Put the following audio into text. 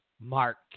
Mark